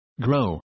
grow